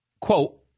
quote